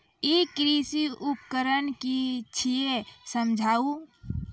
ई कृषि उपकरण कि छियै समझाऊ?